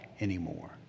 anymore